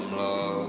love